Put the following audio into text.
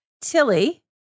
Tilly